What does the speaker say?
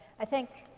i think